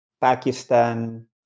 Pakistan